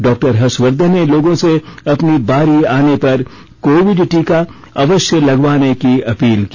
डॉ हर्षवर्धन ने लोगों से अपनी बारी आने पर कोविड टीका अवश्य लगवाने की अपील की